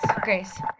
Grace